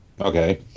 Okay